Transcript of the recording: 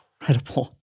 incredible